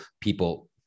people